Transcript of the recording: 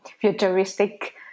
futuristic